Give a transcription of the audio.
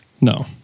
No